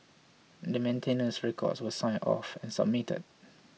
the maintenance records were signed off and submitted